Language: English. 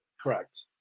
Correct